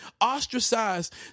ostracized